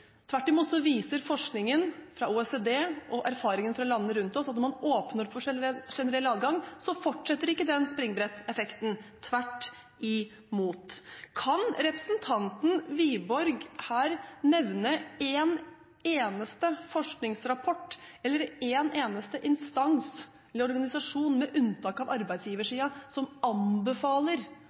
tvert imot. Kan representanten Wiborg nevne en eneste forskningsrapport eller en eneste instans eller organisasjon, med unntak av arbeidsgiversiden, som anbefaler